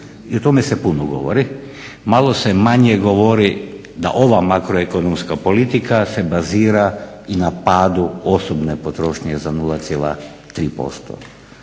i o tome se puno govori. Malo se manje govori da ova makroekonomska politika se bazira i na padu osobne potrošnje za 0,3%.